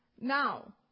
Now